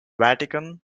vatican